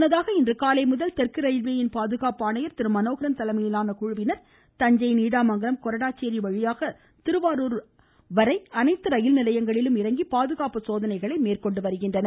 முன்னதாக இன்றுகாலைமுதல் தெற்கு ரயில்வேயின் பாதுகாப்பு ஆணையர் திரு மனோகரன் தலைமையிலான குழுவினர் தஞ்சை நீடாமங்கலம் கொடராச்சேரி வழியாக திருவாரூர் வரை அனைத்து ரயில் நிலையங்களிலும் இறங்கி பாதுகாப்பு சோதனை மேற்கொண்டு வருகின்றனர்